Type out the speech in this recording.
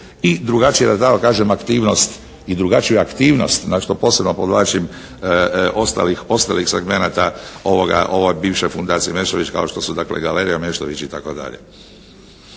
i drugačija da tako kažem aktivnost, i drugačija aktivnost na što posebno podvlačim ostalih segmenata bivše fundacije Meštrović kao što su dakle Galerija Meštrović itd. Dakle,